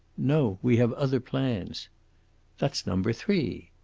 no, we have other plans that's number three.